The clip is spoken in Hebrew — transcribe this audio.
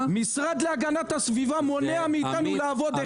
המשרד להגנת הסביבה מונע מאיתנו לעבוד.